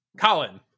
Colin